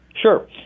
Sure